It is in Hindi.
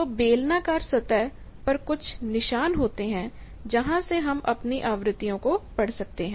तो बेलनाकार सतह पर कुछ निशान होते हैं जहां से हम अपनी आवृत्तियों को पढ़ सकते हैं